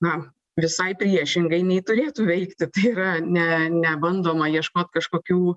na visai priešingai nei turėtų veikti tai yra ne nebandoma ieškot kažkokių